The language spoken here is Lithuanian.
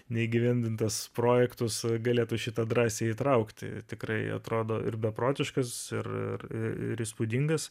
neįgyvendintas projektus galėtų šitą drąsiai įtraukti tikrai atrodo ir beprotiškas ir įspūdingas